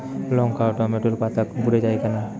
লঙ্কা ও টমেটোর পাতা কুঁকড়ে য়ায় কেন?